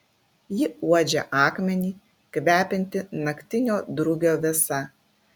ji uodžia akmenį kvepiantį naktinio drugio vėsa